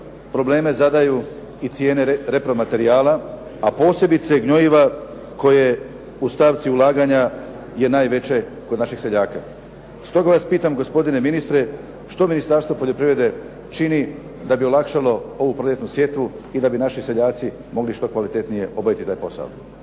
probleme zadaju i cijene repromaterijala, a posebice gnojiva koje u stavci ulaganja je najveće kod naših seljaka. Stoga vas pitam gospodine ministre, što Ministarstvo poljoprivrede čini da bi olakšalo ovu proljetnu sjetvu i da bi naši seljaci mogli što kvalitetnije obaviti taj posao?